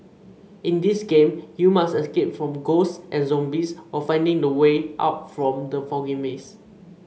in this game you must escape from ghosts and zombies while finding the way out from the foggy maze